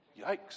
Yikes